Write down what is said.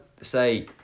say